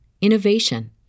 innovation